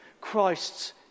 Christ's